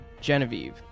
Genevieve